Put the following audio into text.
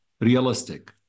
realistic